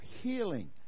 healing